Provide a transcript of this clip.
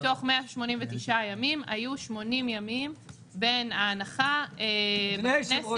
מתוך 189 ימים היו 80 ימים בין ההנחה בכנסת,